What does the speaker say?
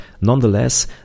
nonetheless